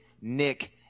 Nick